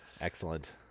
Excellent